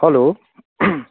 hello